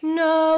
no